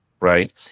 right